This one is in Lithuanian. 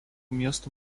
miestų